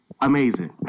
amazing